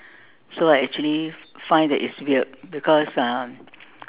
so I actually find that it's weird because um